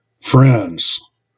friends